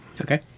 Okay